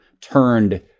turned